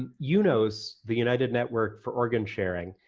and yeah unos, the united network for organ sharing,